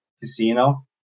casino